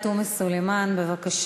חברת הכנסת עאידה תומא סלימאן, בבקשה.